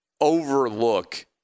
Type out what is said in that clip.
overlook